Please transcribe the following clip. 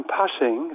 passing